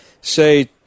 say –